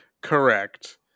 correct